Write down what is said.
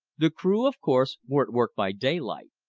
the crew, of course, were at work by daylight.